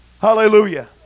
hallelujah